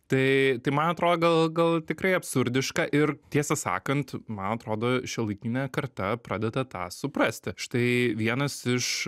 tai tai man atro gal gal tikrai absurdiška ir tiesą sakant man atrodo šiuolaikinė karta pradeda tą suprasti štai vienas iš